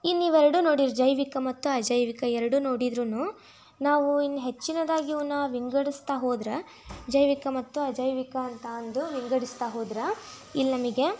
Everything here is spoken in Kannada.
ಈಗ ನೀವು ಎರಡು ನೋಡಿರಿ ಜೈವಿಕ ಮತ್ತು ಅಜೈವಿಕ ಎರಡು ನೋಡಿದ್ರು ನಾವು ಇನ್ನು ಹೆಚ್ಚಿನದಾಗಿ ಇವುನ್ನ ವಿಂಗಡಿಸ್ತಾ ಹೋದ್ರೆ ಜೈವಿಕ ಮತ್ತು ಅಜೈವಿಕ ಅಂತ ಅಂದು ವಿಂಗಡಿಸ್ತಾ ಹೋದ್ರೆ ಇಲ್ಲಿ ನಮಗೆ